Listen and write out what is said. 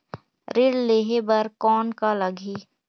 ऋण लेहे बर कौन का लगही?